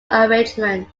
arrangement